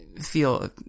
feel